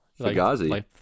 Fagazi